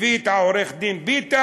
הביא את העורך דין ביטן: